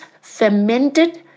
fermented